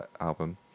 album